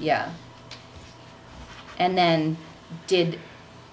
yeah and then did